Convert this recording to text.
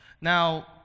Now